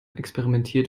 experimentiert